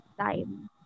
time